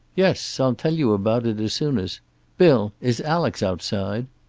yes. i'll tell you about it as soon as bill! is alex outside?